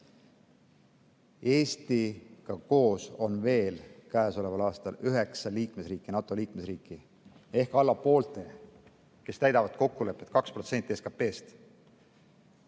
Eestiga koos on käesoleval aastal üheksa liikmesriiki, NATO liikmesriiki ehk alla poolte, kes täidavad kokkulepet 2% SKP‑st.